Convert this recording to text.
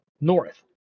north